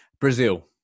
Brazil